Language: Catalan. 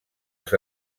als